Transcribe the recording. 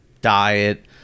diet